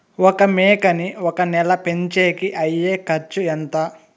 ఒక మేకని ఒక నెల పెంచేకి అయ్యే ఖర్చు ఎంత?